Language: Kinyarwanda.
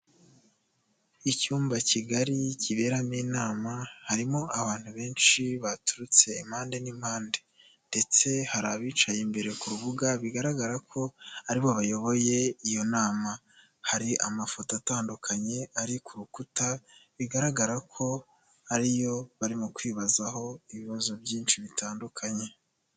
Icyumba kigari kiberamo inama, harimo abantu benshi baturutse impande n'impande ndetse hari abicaye imbere ku rubuga, bigaragara ko aribo bayoboye iyo nama, hari amafoto atandukanye ari ku rukuta, bigaragara ko ariyo barimo kwibazaho ibibazo byinshi bitandukanye.